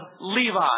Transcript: Levi